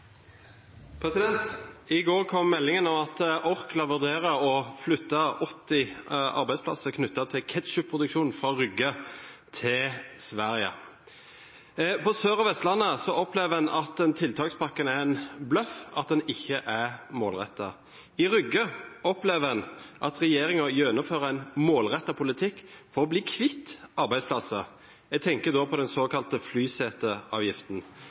I går kom meldingen om at Orkla vurderer å flytte 80 arbeidsplasser knyttet til ketchupproduksjon fra Rygge til Sverige. På Sør- og Vestlandet opplever en at tiltakspakken er en bløff, at den ikke er målrettet. I Rygge opplever en at regjeringen gjennomfører en målrettet politikk for å bli kvitt arbeidsplasser. Jeg tenker da på den såkalte flyseteavgiften,